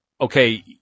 okay